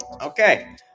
Okay